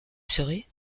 serais